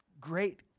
Great